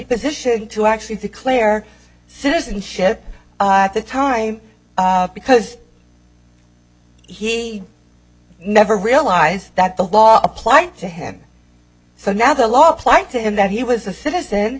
position to actually declare citizenship at the time because he never realize that the law applied to him so now the law applied to him that he was a citizen